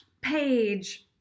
page